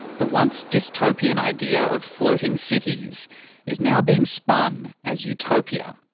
the once-dystopian idea of floating cities is now being spun as utopia.